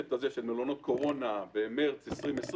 הקונספט של מלונות קורונה במרס 2020,